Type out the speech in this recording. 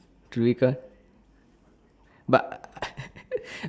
but